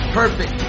perfect